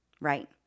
right